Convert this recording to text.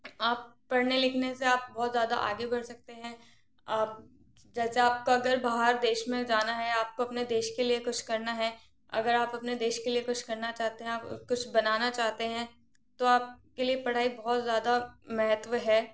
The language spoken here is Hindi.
आप पढ़ने लिखने से आप बहुत ज़्यादा आगे बढ़ सकते हैं आप जैसे आपको अगर बाहर देश में जाना है आपको अपने देश के लिए कुछ करना है अगर आप अपने देश के लिए कुछ करना चाहते हैं या कुछ बनाना चाहते हैं तो आपके लिए पढ़ाई बहुत ज़्यादा महत्व है